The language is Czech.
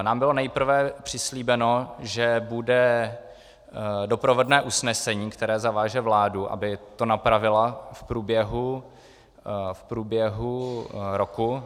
Nám bylo nejprve přislíbeno, že bude doprovodné usnesení, které zaváže vládu, aby to napravila v průběhu roku.